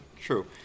True